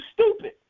stupid